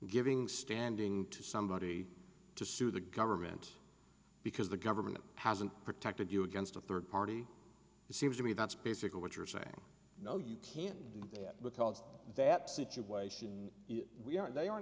giving standing to somebody to sue the government because the government hasn't protected you against a third party it seems to me that's basically what you're saying no you can't do that because that situation we aren't they aren't